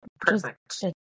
Perfect